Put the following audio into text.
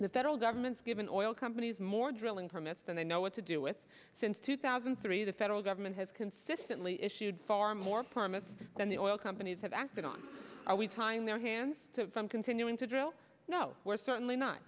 the federal government's given oil companies more drilling permits than they know what to do with since two thousand and three the federal government has consistently issued far more promise than the oil companies have acted on are we tying their hands from continuing to drill no we're certainly not